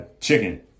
chicken